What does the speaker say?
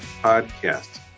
Podcast